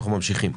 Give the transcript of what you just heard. אנחנו ממשיכים.